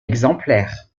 exemplaires